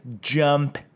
jump